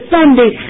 Sunday